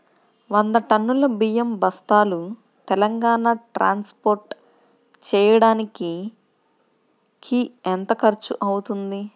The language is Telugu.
వంద టన్నులు బియ్యం బస్తాలు తెలంగాణ ట్రాస్పోర్ట్ చేయటానికి కి ఎంత ఖర్చు అవుతుంది?